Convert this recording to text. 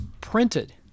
printed